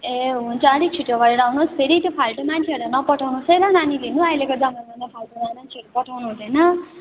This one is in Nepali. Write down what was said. ए हुन्छ आलिक छिटो गरेर आउनुहोस् फेरि त्यो फाल्टो मान्छेहरूलाई नपठाउनुहोस् है ल नानी लिनु अहिलेको जमानामा फाल्टो मान्छेहरू पठाउनु हुँदैन